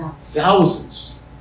Thousands